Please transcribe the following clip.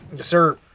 Sir